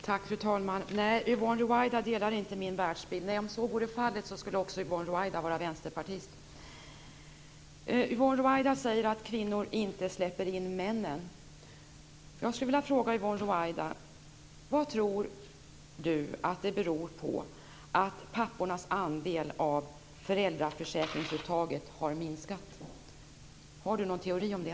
Tack, fru talman! Nej, Yvonne Ruwaida delar inte min världsbild. Om så vore fallet skulle också Yvonne Yvonne Ruwaida säger att kvinnorna inte släpper in männen. Jag skulle vilja fråga vad Yvonne Ruwaida tror att det beror på att pappornas andel av föräldraförsäkringsuttaget har minskat. Har Yvonne Ruwaida någon teori om det?